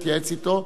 אתייעץ אתו,